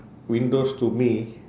windows to me